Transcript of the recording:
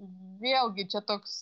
vėlgi čia toks